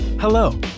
Hello